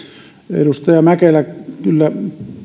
edustaja mäkelä kyllä